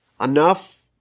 enough